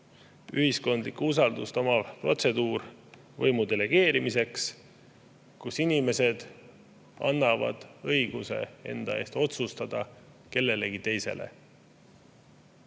ühiskondlikku usaldust, see on protseduur võimu delegeerimiseks, kus inimesed annavad õiguse enda eest otsustada kellelegi teisele.